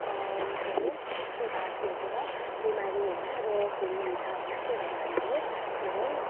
के अरे यस्तो छातीहरूतिर बिमारी होइन रोगहरू हुन्छ त्यही भएर हामीले के अरे